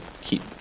keep